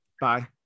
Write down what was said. Bye